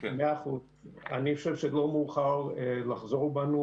אני חושב שעוד לא מאוחר לחזור בנו